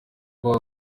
baba